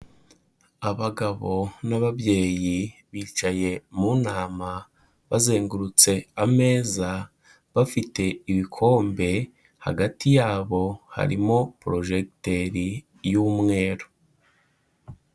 Abagabo n'ababyeyi bicaye mu nama bazengurutse ameza, bafite ibikombe, hagati yabo harimo porojeteri y'umweru.